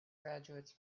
graduates